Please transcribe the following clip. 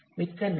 மிக்க நன்றி